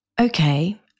Okay